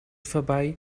vorbei